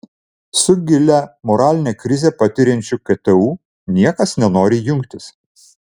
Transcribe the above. su gilią moralinę krizę patiriančiu ktu niekas nenori jungtis